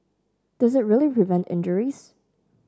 does it really prevent injuries